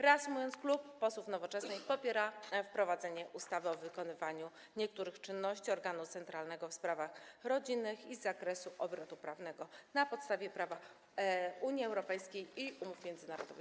Reasumując, klub posłów Nowoczesnej popiera wprowadzenie ustawy o wykonywaniu niektórych czynności organu centralnego w sprawach rodzinnych z zakresu obrotu prawnego na podstawie prawa Unii Europejskiej i umów międzynarodowych.